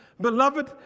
Beloved